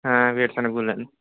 వేరుశెనగ గుండ్లు అండి